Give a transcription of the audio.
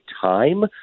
time